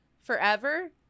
forever